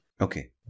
Okay